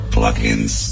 Plugins